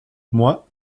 moi